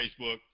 facebook